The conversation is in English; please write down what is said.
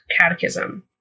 catechism